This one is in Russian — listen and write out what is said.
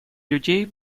людей